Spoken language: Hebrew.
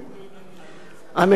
לפיכך,